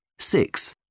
Six